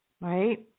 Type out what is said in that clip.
right